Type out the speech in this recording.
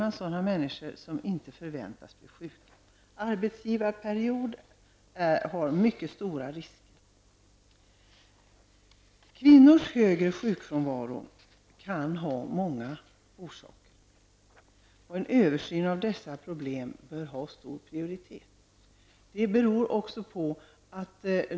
Man väljer människor som inte förväntas bli sjuka. Detta med arbetsgivarperioder innebär att man tar mycket stora risker. Att kvinnor uppvisar en högre sjukfrånvaro kan bero på många saker. En översyn av dessa problem bör verkligen prioriteras.